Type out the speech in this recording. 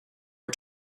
are